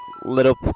little